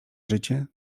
życie